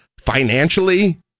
financially